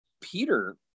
Peter